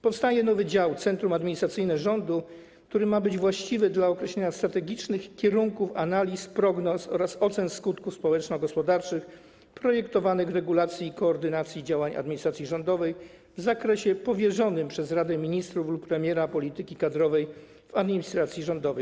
Powstaje nowy dział: centrum administracyjne rządu, który ma być właściwy dla określania strategicznych kierunków, analiz, prognoz oraz ocen skutków społeczno-gospodarczych projektowanych regulacji i koordynacji działań administracji rządowej w zakresie powierzonym przez Radę Ministrów lub premiera, polityki kadrowej w administracji rządowej.